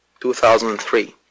2003